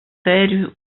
fer